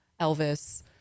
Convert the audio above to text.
Elvis